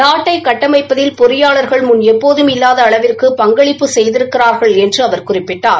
நாட்டை கட்டமைப்பதில் பொறியாளாகள் முன் எப்போதும் இல்லாத அளவிற்கு பங்களிப்பு செய்திருக்கிறார்கள் என்று அவர் குறிப்பிட்டார்